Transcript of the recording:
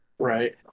Right